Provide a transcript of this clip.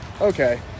okay